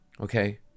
Okay